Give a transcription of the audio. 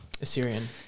Assyrian